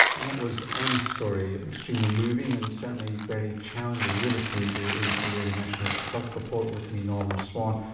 and that was ann's story, extremely moving and certainly very challenging. you're listening to abc radio national's health report with me norman swan.